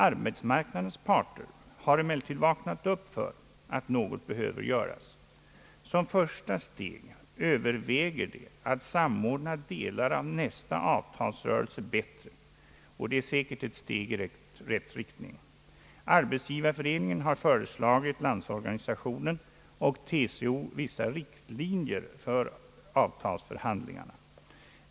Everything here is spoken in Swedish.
Arbetsmarknadens parter har emellertid vaknat upp för att något behöver göras. Som första steg överväger de att samordna delar av nästa avtalsrörelse bättre, och det är säkert ett steg i rätt riktning. Arbetsgivareföreningen har föreslagit LO och TCO vissa riktlinjer för avtalsförhandlingarna.